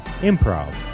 Improv